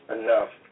enough